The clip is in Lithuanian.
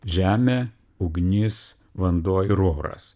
žemė ugnis vanduo ir oras